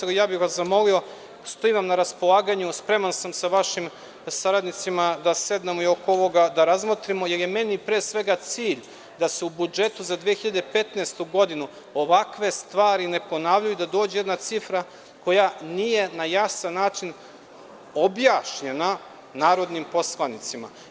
Zamolio bih vas i stojim vam na raspolaganju da sa vašim saradnicima sednemo i oko ovoga da razmotrimo, jer mi je pre svega cilj da se u budžetu za 2015. godinu ovakve stvari ne ponavljaju, da dođe cifra koja nije na jasan način objašnjena narodnim poslanicima.